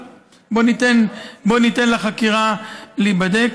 אבל בוא ניתן לחקירה להיבדק.